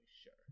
sure